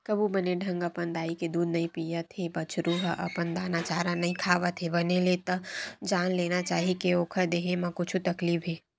कभू बने ढंग अपन दाई के दूद नइ पियत हे बछरु ह अउ दाना चारा नइ खावत हे बने ले त जान लेना चाही के ओखर देहे म कुछु तकलीफ हे